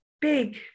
big